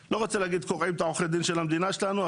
אני לא רוצה להגיד שהם קורעים את עורכי הדין של המדינה שלנו,